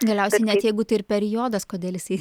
galiausiai net jeigu tai ir periodas kodėl jisai